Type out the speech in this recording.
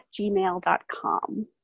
gmail.com